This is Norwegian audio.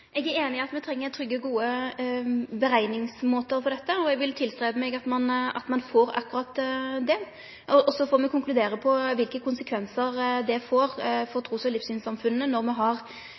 Eg er einig i at me treng trygge, gode berekningsmåtar for dette, og eg vil arbeide for at ein får akkurat det. Så får me konkludere på kva konsekvensar det får for trus- og livssynssamfunna når me har